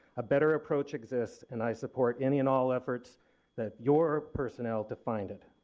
a better approach exists and i support any and all efforts that your personnel to find it.